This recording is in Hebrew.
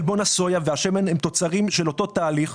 חלבון הסויה והשמן הם תוצרים של אותו תהליך,